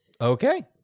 Okay